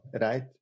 right